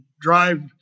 drive